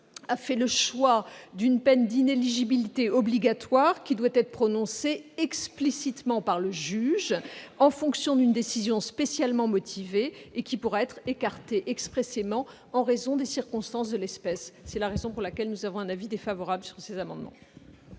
a fait le choix d'une peine d'inéligibilité obligatoire prononcée explicitement par le juge, en fonction d'une décision spécialement motivée, et qui pourra être écartée expressément en raison des circonstances de l'espèce. Comme la commission, le Gouvernement émet donc un avis défavorable sur ces amendements.